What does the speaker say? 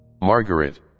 Margaret